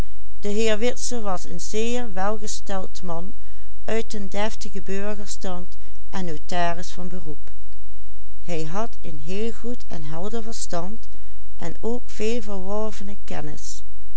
heel goed en helder verstand en ook veel verworvene kennis